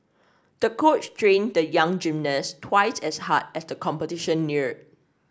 the coach trained the young gymnast twice as hard as the competition neared